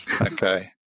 Okay